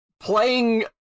playing